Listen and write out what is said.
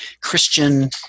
Christian